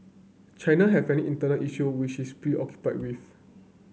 China has many internal issue which is preoccupied with